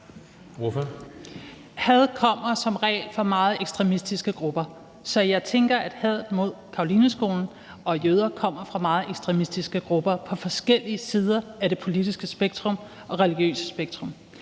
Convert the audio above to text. Had kommer som regel fra meget ekstremistiske grupper, så jeg tænker, at hadet mod Carolineskolen og jøder kommer fra meget ekstremistiske grupper fra forskellige sider af det politiske og religiøse spektrum.